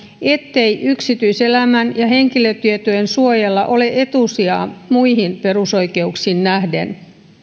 ettei yksityiselämän ja henkilötietojen suojalla ole etusijaa muihin perusoikeuksiin nähden